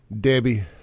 Debbie